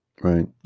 Right